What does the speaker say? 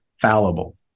fallible